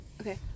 okay